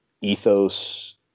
ethos